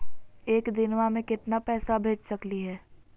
एक दिनवा मे केतना पैसवा भेज सकली हे?